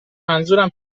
منظورم